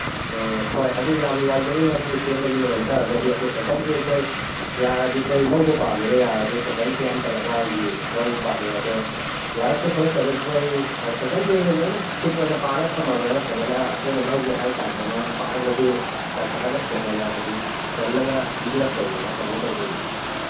ꯑꯥ ꯍꯣꯏ ꯑꯗꯨ ꯌꯥꯝ ꯅꯨꯡꯉꯥꯏꯖꯔꯦꯅꯦ ꯑꯗꯨꯒꯤ ꯁꯦꯝꯕꯒꯤ ꯑꯣꯏ ꯇꯥꯔꯒꯗꯤ ꯑꯗꯨ ꯁꯥꯏꯀꯟꯁꯦ ꯑꯩꯈꯣꯏ ꯌꯥꯔꯗꯤ ꯑꯩꯈꯣꯏ ꯂꯧꯕ ꯄꯥꯝꯃꯦꯅꯦ ꯌꯥꯔꯗꯤ ꯁꯥꯏꯀꯟꯁꯤ ꯑꯝꯇꯪ ꯑꯉꯥꯡꯒꯤ ꯂꯧꯕ ꯄꯥꯝꯃꯦ ꯑꯗꯣ ꯌꯥꯔꯛꯇ ꯈꯣꯠꯂꯛꯇꯕ ꯑꯩꯈꯣꯏ ꯁꯥꯏꯀꯟꯁꯦ ꯂꯣꯏꯅ ꯐꯤꯠ ꯑꯣꯏꯅ ꯄꯥꯜꯂ ꯊꯝꯃꯕ꯭ꯔꯥ ꯅꯠꯇ꯭ꯔꯒꯅ ꯑꯩꯈꯣꯏꯅ ꯂꯧꯒꯦ ꯍꯥꯏꯔꯀꯥꯟꯗ ꯃꯥꯒꯤ ꯄꯥꯔꯠ ꯈꯩꯁꯦ ꯆꯟꯈꯠꯂꯒ ꯁꯦꯠ ꯑꯣꯏꯅ ꯍꯧꯖꯤꯛ ꯆꯜꯂꯒ ꯄꯤꯕꯤꯔꯛꯇꯧꯔꯤꯔꯥ ꯀꯃꯥꯏꯅ ꯇꯧꯗꯣꯏꯅꯣ